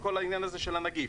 של כל עניין הנגיף.